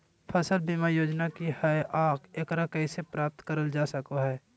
फसल बीमा योजना की हय आ एकरा कैसे प्राप्त करल जा सकों हय?